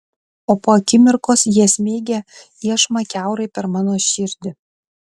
o po akimirkos jie smeigia iešmą kiaurai per mano širdį